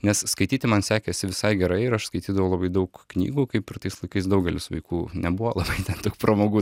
nes skaityti man sekėsi visai gerai ir aš skaitydavau labai daug knygų kaip ir tais laikais daugelis vaikų nebuvo labai ten daug pramogų